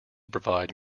provide